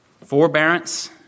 Forbearance